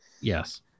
Yes